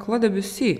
klod debiusi